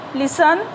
listen